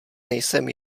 nejsem